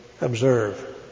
observe